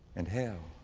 and hell.